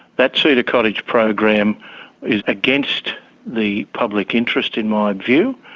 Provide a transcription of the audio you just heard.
that cedar cottage program is against the public interest in my and view,